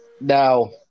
now